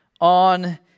on